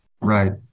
Right